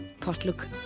potluck